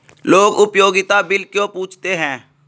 लोग उपयोगिता बिल क्यों पूछते हैं?